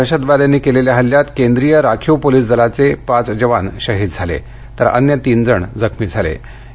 रोडवर दहशतवाद्यांनी केलेल्या हल्ल्यात केंद्रीय राखीव पोलीस दलाचे पाच जवान शहीद झाले आहेत तर अन्य तीनजण जखमी झाले आहेत